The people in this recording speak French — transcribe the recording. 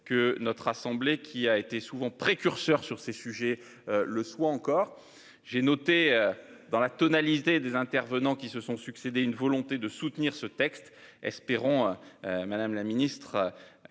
que notre assemblée qui a été souvent précurseur sur ces sujets le soit encore. J'ai noté dans la tonalité des intervenants qui se sont succédé une volonté de soutenir ce texte, espérons. Madame la Ministre.